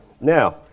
Now